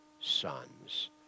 sons